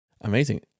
Amazing